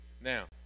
Now